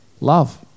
love